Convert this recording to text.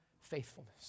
faithfulness